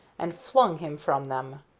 and flung him from them.